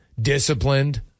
disciplined